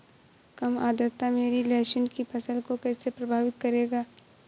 कम आर्द्रता मेरी लहसुन की फसल को कैसे प्रभावित करेगा?